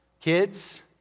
Kids